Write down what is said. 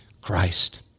Christ